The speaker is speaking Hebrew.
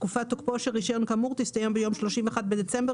תקופת תוקפו של רישיון כאמור תסתיים ביום 31 בדצמבר